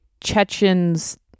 Chechen's